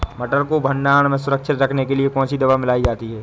मटर को भंडारण में सुरक्षित रखने के लिए कौन सी दवा मिलाई जाती है?